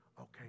Okay